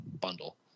Bundle